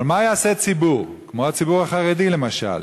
אבל מה יעשה ציבור, כמו הציבור החרדי למשל,